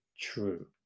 true